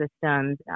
systems